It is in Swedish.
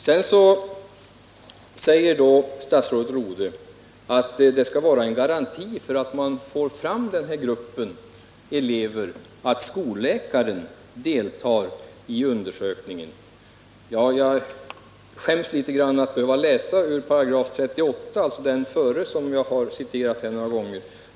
Sedan säger statsrådet Rodhe att det skall finnas en garanti för att man får fram den här gruppen elever genom att skolläkaren deltar i undersökningen. Jag skäms litet för att behöva läsa ur 38 §— alltså paragrafen före den som jag redan citerat här några gånger.